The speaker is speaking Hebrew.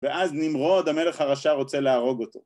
ואז נמרוד, המלך הרשע רוצה להרוג אותו.